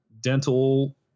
dental